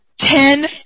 Ten